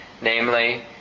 namely